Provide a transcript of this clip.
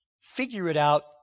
figure-it-out